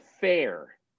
fair